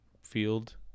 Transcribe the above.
field